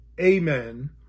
amen